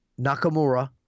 Nakamura